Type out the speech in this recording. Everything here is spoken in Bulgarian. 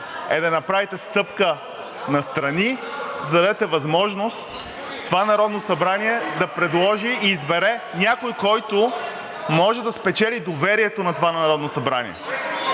е да направите стъпка настрани, за да дадете възможност това Народно събрание да предложи и избере някого, който може да спечели доверието на това Народно събрание.